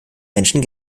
menschen